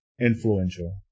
influential